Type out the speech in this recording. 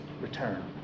return